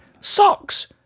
Socks